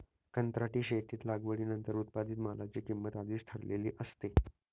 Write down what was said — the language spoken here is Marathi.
कंत्राटी शेतीत लागवडीनंतर उत्पादित मालाची किंमत आधीच ठरलेली असते